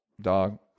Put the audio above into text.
Dog